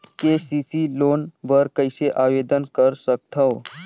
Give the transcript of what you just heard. KCC loan बर कइसे आवेदन कर सकथव?